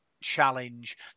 challenge